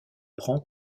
prend